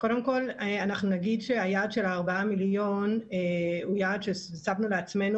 קודם כל נגיד שהיעד של ה-4 מיליון הוא יעד ששמנו לעצמנו